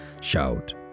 shout